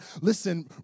listen